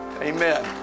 Amen